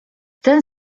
ten